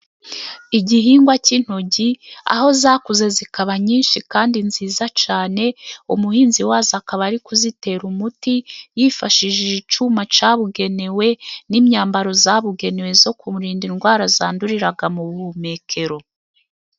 Igihingwa cy'intoryi, aho zakuze zikaba nyinshi kandi nziza cyane, umuhinzi wazo akaba ari kuzitera umuti yifashishije icyuma cyabugenewe n'imyambaro yabugenewe yo kumurinda indwara zandurira mu buhumekero.